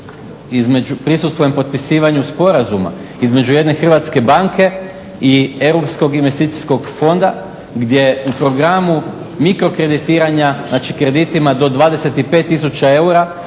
prisustvujem potpisivanju sporazuma između jedne hrvatske banke i Europskog investicijskog fonda gdje u programu mikro kreditiranja, znači kreditima do 25 tisuća